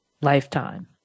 lifetime